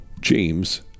James